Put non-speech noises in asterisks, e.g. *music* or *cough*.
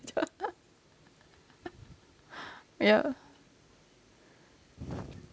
*laughs* *breath* ya